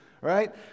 right